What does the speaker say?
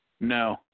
No